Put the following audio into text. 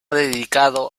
dedicado